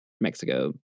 Mexico